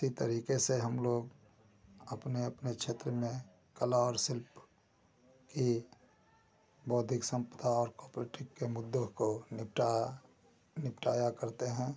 इसी तरीके से हम लोग अपने अपने क्षेत्र में काला और शिल्प की बौद्धिक संपदा और कॉपीराइट के मुद्दों को निपटा निपटाया करते हैं